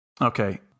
Okay